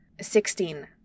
Sixteen